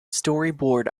storyboard